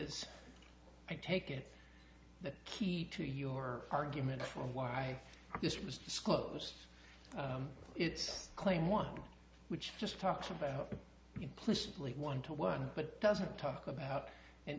is i take it the key to your argument for why this was disclosed it's claim one which just talks about implicitly one to one but doesn't talk about an